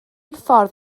ffordd